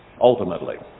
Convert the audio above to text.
ultimately